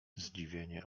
zdziwienie